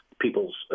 people's